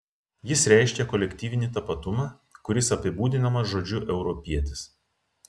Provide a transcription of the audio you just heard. jis reiškia kolektyvinį tapatumą kuris apibūdinamas žodžiu europietis